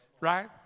right